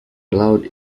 allowed